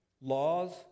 laws